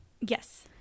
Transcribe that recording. Yes